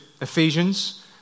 Ephesians